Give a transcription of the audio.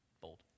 bold